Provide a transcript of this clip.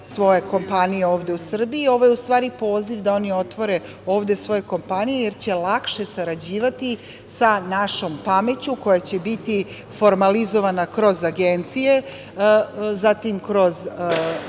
svoje kompanije ovde u Srbiji, ovo je u stvari poziv da oni otvore ovde svoje kompanije, jer će lakše sarađivati sa našom pameću koja će biti formalizovana kroz agencije, zatim, kroz